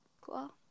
Cool